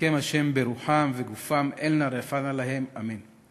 יחזקם ה' ברוחם וגופם, אל נא רפא נא להם, אמן.